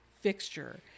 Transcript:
fixture